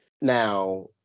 now